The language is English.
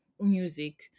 music